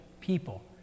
people